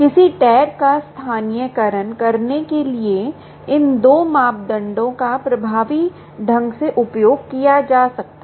किसी टैग का स्थानीयकरण करने के लिए इन 2 मापदंडों का प्रभावी ढंग से उपयोग किया जा सकता है